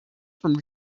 from